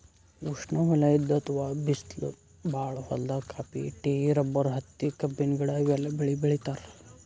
ಉಷ್ಣವಲಯದ್ ಅಥವಾ ಬಿಸ್ಲ್ ಭಾಳ್ ಹೊಲ್ದಾಗ ಕಾಫಿ, ಟೀ, ರಬ್ಬರ್, ಹತ್ತಿ, ಕಬ್ಬಿನ ಗಿಡ ಇವೆಲ್ಲ ಬೆಳಿ ಬೆಳಿತಾರ್